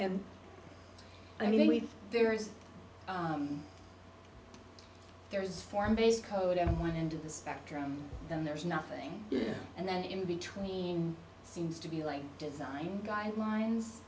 mean there's there's form based code at one end of the spectrum then there's nothing and then in between seems to be like design guidelines